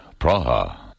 Praha